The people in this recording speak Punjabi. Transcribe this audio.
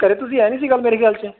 ਘਰੇ ਤੁਸੀਂ ਐ ਨਹੀਂ ਸੀ ਮੇਰੇ ਖਿਆਲ 'ਚ